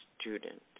student